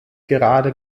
gerade